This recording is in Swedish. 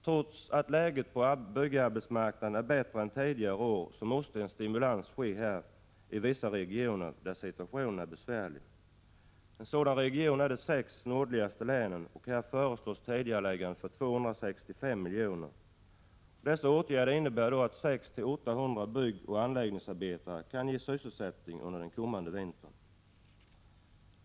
Trots att läget på byggmarknaden är bättre än tidigare år, måste en stimulans ske i vissa regioner där situationen är besvärlig. En sådan region är de sex nordligaste länen, och här föreslås tidigarelägganden för 265 milj.kr. Dessa åtgärder innebär att 600-800 byggoch anläggningsarbetare kan ges sysselsättning under den kommande vintern.